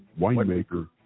winemaker